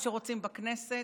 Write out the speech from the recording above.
מה שרוצים בכנסת: